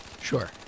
Sure